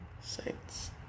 Saints